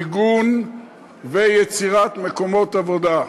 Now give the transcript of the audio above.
מיגון ויצירת מקומות עבודה.